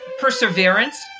perseverance